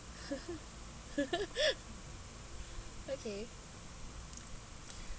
okay